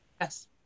yes